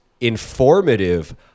informative